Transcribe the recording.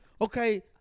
Okay